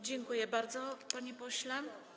Dziękuję bardzo, panie pośle.